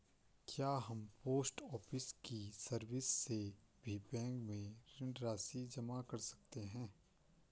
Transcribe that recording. क्या हम post office की सर्विस से भी बैंक में ऋण राशि जमा कर सकते हैं?